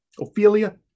Ophelia